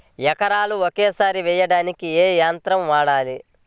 ఎకరాలు ఒకేసారి వేయడానికి ఏ యంత్రం వాడాలి?